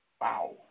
Wow